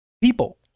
people